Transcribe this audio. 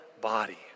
body